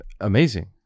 amazing